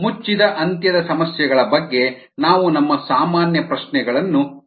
ಮುಚ್ಚಿದ ಅಂತ್ಯದ ಸಮಸ್ಯೆಗಳ ಬಗ್ಗೆ ನಾವು ನಮ್ಮ ಸಾಮಾನ್ಯ ಪ್ರಶ್ನೆಗಳನ್ನು ಕೇಳೋಣ